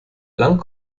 lang